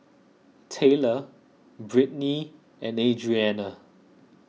Tayla Brittni and Adrianna